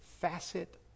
facet